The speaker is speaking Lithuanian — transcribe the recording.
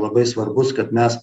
labai svarbus kad mes